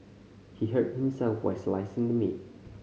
he hurt himself while slicing the meat